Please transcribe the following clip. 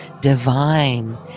divine